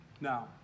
Now